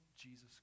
Jesus